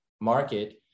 market